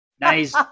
nice